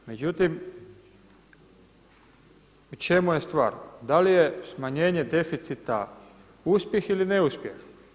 Međutim, u čemu je stvar, da li je smanjenje deficita uspjeh ili neuspjeh?